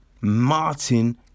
Martin